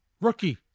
Rookie